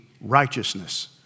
righteousness